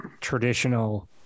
traditional